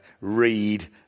read